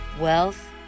Wealth